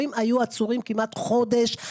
ההורים היו עצורים כמעט חודש,